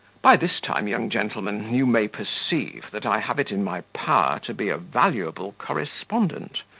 by this time, young gentleman, you may perceive that i have it in my power to be a valuable correspondent,